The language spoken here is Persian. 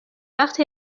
وقت